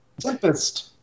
Tempest